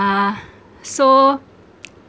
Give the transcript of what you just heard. uh so